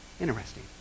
Interesting